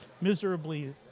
miserably